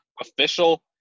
official